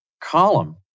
column